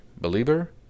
Believer